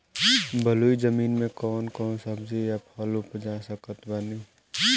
बलुई जमीन मे कौन कौन सब्जी या फल उपजा सकत बानी?